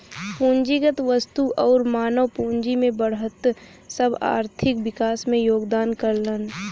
पूंजीगत वस्तु आउर मानव पूंजी में बढ़त सब आर्थिक विकास में योगदान करलन